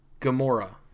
Gamora